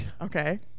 Okay